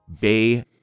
Bay